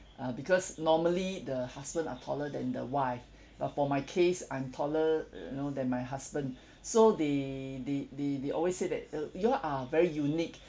uh because normally the husband are taller than the wife but for my case I'm taller you know than my husband so they they they they always say that uh you all are very unique